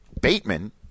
Bateman